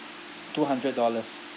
two hundred dollars